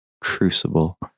crucible